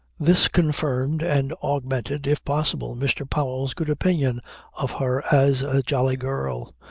this confirmed and augmented if possible mr. powell's good opinion of her as a jolly girl,